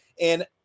And-